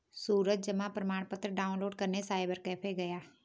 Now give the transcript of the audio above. सूरज जमा प्रमाण पत्र डाउनलोड करने साइबर कैफे गया